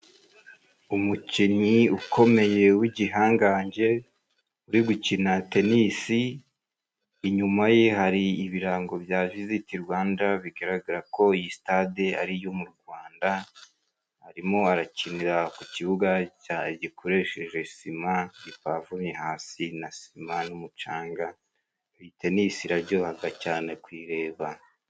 Umukinnyi ukomeye w'igihangange, uri gukina tenisi, inyuma ye hari ibirango bya vizite Rwanda bigaragara ko iyi sitade ari yo mu Rwanda, arimo arakinira ku kibuga gikoresheje sima gipavomye hasi na sima n'umucanga. Iyo tenisi irajyohaga cyane kuyireba.